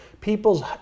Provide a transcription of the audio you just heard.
people's